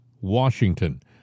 Washington